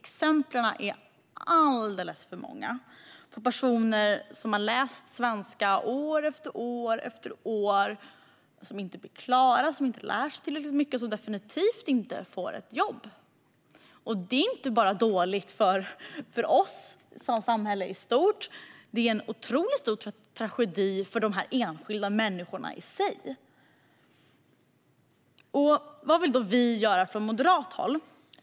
Det finns alldeles för många exempel på personer som har läst svenska år efter år, som inte blir klara, som inte lär sig tillräckligt mycket och som definitivt inte får ett jobb. Detta är inte bara dåligt för oss som samhälle i stort, utan det är också en otroligt stor tragedi för de enskilda människorna. Vad vill då vi göra från moderat håll?